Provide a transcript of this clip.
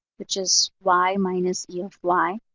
which is y minus e of y